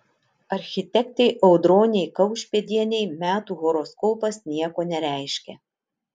architektei audronei kaušpėdienei metų horoskopas nieko nereiškia